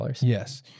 Yes